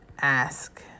Ask